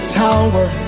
tower